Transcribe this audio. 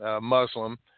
Muslim